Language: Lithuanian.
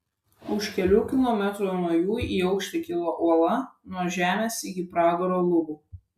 už kelių kilometrų nuo jų į aukštį kilo uola nuo žemės iki pragaro lubų